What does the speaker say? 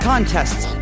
contests